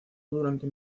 durante